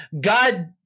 God